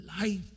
life